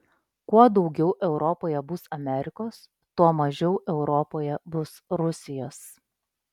kuo daugiau europoje bus amerikos tuo mažiau europoje bus rusijos